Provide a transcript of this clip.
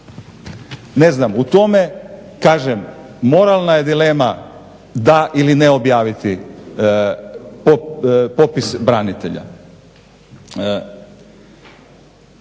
Ne znam, u tome kažem moralna je dilema da ili ne objaviti popis branitelja.